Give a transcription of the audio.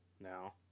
now